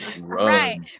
Right